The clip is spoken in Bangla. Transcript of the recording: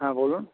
হ্যাঁ বলুন